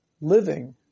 living